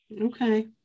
Okay